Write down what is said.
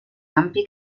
ampie